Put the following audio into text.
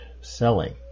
selling